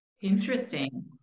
interesting